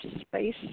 space